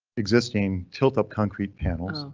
existing tilt up concrete panels.